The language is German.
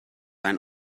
ein